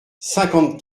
cinquante